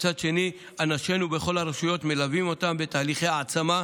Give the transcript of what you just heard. ומצד שני אנשינו בכל הרשויות מלווים אותן בתהליכי העצמה,